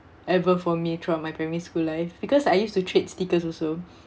ever for me throughout my primary school life because I used to trade stickers also